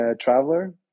traveler